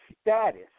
status